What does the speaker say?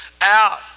out